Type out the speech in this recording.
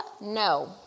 No